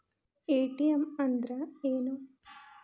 ATM ಅಂದ್ರ ಏನು?